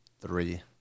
three